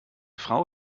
frau